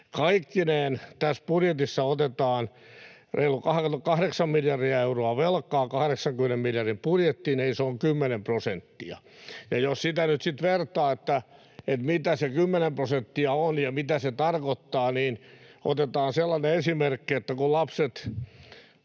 Kaikkineen tässä budjetissa otetaan reilu kahdeksan miljardia euroa velkaa 80 miljardin budjettiin, eli se on kymmenen prosenttia. Ja jos sitä nyt sitten vertaa, mitä se kymmenen prosenttia on ja mitä se tarkoittaa, niin otetaan sellainen esimerkki, että kun lapset